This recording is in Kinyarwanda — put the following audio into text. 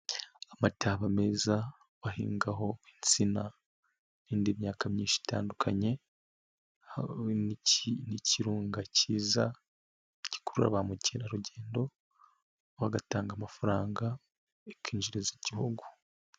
Amataba meza bahingaho insina n'indi myaka myinshi itandukanye hari n'ikirunga cyiza gikurura ba mukerarugendo bagatanga amafaranga bikinjiriza igihugu.